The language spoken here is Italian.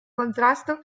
contrasto